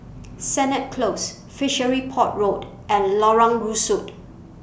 Sennett Close Fishery Port Road and Lorong Rusuk